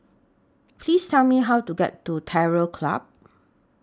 Please Tell Me How to get to Terror Club